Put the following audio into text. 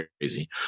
Crazy